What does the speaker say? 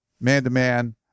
man-to-man